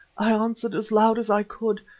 i answered as loud as i could.